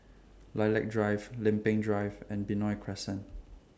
Lilac Drive Lempeng Drive and Benoi Crescent